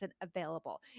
available